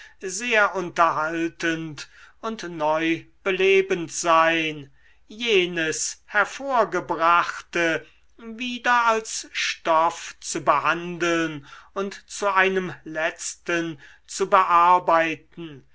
sehr unterhaltend und neubelebend sein jenes hervorgebrachte wieder als stoff zu behandeln und zu einem letzten zu bearbeiten